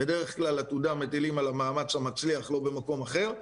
בדרך כלל עתודה מטילים על המאמץ המצליח לא במקום אחר,